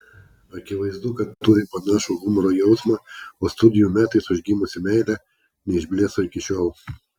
akivaizdu kad turi panašų humoro jausmą o studijų metais užgimusi meilė neišblėso iki šiol